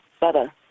better